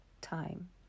time